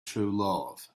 truelove